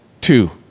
two